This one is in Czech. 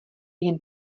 jen